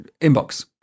inbox